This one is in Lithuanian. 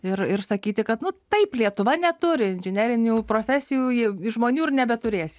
ir ir sakyti kad nu taip lietuva neturi inžinerinių profesijų ji žmonių ir nebeturės